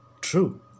True